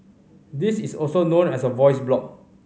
this is also known as a voice blog